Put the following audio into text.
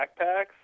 backpacks